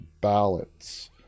ballots